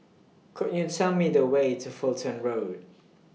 Could YOU Tell Me The Way to Fulton Road